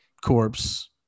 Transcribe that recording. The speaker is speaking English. corpse